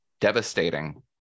devastating